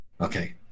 okay